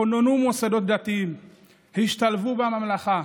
כוננו מוסדות דתיים והשתלבו בממלכה.